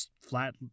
flat